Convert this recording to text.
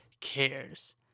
cares